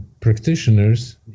practitioners